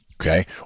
Okay